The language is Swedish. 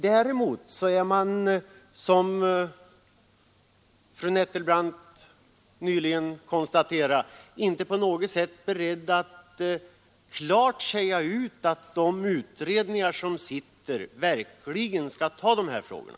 Däremot är man, som fru Nettelbrandt nyss konstaterade, inte på något sätt beredd att klart säga ut att de utredningar som sitter skall beakta de här frågorna.